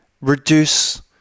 reduce